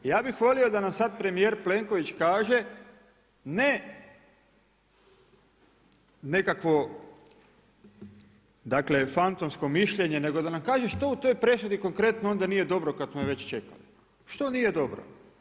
I ja bih volio da nam sada premijer Plenković kaže, ne nekakvo fantomsko mišljenje nego da nam kaže što u toj presudi konkretno onda nije dobro kada smo je već čekali, što nije dobro?